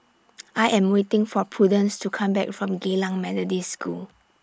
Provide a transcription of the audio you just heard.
I Am waiting For Prudence to Come Back from Geylang Methodist School